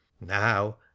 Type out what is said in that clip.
Now